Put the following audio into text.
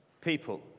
people